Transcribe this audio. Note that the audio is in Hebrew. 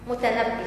מותנבי.